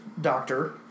Doctor